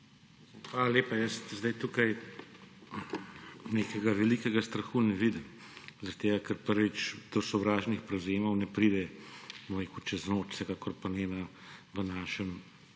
Hvala lepa. Jaz zdaj tukaj nekega velikega strahu ne vidim, ker, prvič, do sovražnih prevzemov ne pride čez noč, vsekakor pa ne v našem